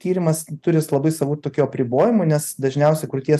tyrimas turi jis labai savų tokių apribojimų nes dažniausia krūties